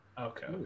Okay